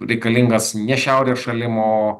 reikalingas ne šiaurės šalim o